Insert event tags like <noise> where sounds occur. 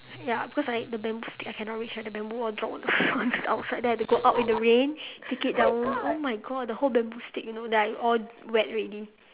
ya because I the bamboo stick I cannot reach right the bamboo all drop on <laughs> the floor outside there then I have to go out in the rain pick it down oh my god the whole bamboo stick you know then I all wet already